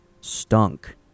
stunk